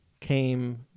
came